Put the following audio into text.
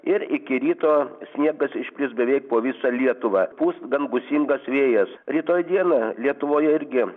ir iki ryto sniegas išplis beveik po visą lietuvą pūs gan gūsingas vėjas rytoj dieną lietuvoje irgi